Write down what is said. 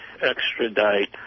extradite